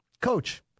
Coach